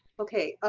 okay, ah